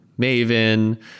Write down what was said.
Maven